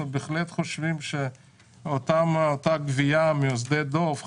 בהחלט חושבים שאותה גבייה משדה דב,